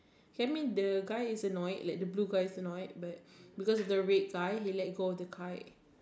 I mean the guy is annoyed the blue is annoyed but because of the red guy he let go of the kite